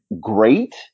great